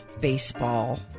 baseball